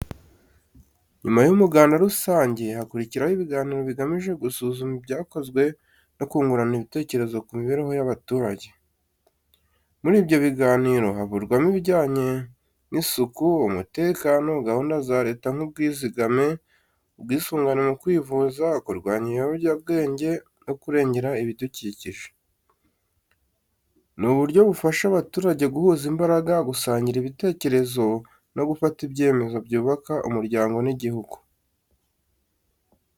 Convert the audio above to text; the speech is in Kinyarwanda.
Nyuma y’umuganda rusange, hakurikiraho ibiganiro bigamije gusuzuma ibyakozwe no kungurana ibitekerezo ku mibereho y’abaturage. Muri ibyo biganiro havugirwamo ibijyanye n’isuku, umutekano, gahunda za Leta nk’ubwizigame, ubwisungane mu kwivuza, kurwanya ibiyobyabwenge no kurengera ibidukikije. Ni uburyo bufasha abaturage guhuza imbaraga, gusangira ibitekerezo no gufata ibyemezo byubaka umuryango n’igihugu.